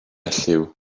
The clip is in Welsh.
elliw